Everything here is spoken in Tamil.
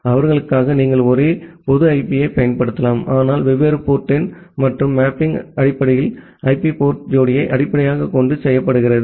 அவர்களுக்காக நீங்கள் ஒரே பொது ஐபியைப் பயன்படுத்தலாம் ஆனால் வெவ்வேறு போர்ட் எண் மற்றும் மேப்பிங் அடிப்படையில் ஐபி போர்ட் ஜோடியை அடிப்படையாகக் கொண்டு செய்யப்படுகிறது